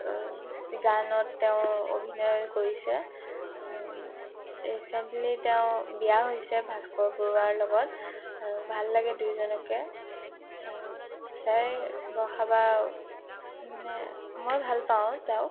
গানত তেওঁৰ অভিনয় কৰিছে ৰিচেন্টলি তেওঁ বিয়া হৈছে ভাস্কৰ বৰুৱাৰ লগত আৰু ভাল লাগে দুয়োজনকে আৰু সঁচাই বৰষা বা মানে মই ভালপাওঁ তেওঁক